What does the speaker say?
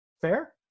fair